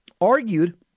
argued